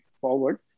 forward